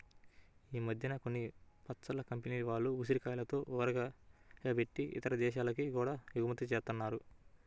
ఈ మద్దెన కొన్ని పచ్చళ్ళ కంపెనీల వాళ్ళు ఉసిరికాయలతో ఊరగాయ బెట్టి ఇతర దేశాలకి గూడా ఎగుమతి జేత్తన్నారు